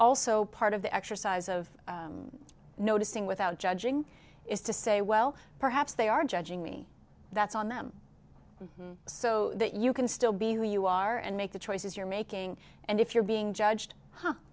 also part of the exercise of noticing without judging is to say well perhaps they are judging me that's on them so that you can still be who you are and make the choices you're making and if you're being judged